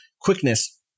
quickness